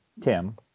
Tim